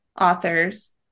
authors